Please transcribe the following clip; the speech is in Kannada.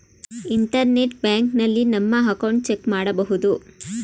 ಇಂಟರ್ನೆಟ್ ಬ್ಯಾಂಕಿನಲ್ಲಿ ನಮ್ಮ ಅಕೌಂಟ್ ಚೆಕ್ ಮಾಡಬಹುದು